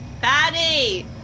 Patty